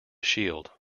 shield